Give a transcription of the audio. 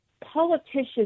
politicians